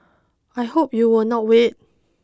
I hope you will not wait